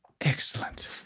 Excellent